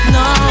no